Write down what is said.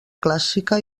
clàssica